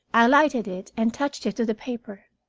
i lighted it and touched it to the paper.